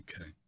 Okay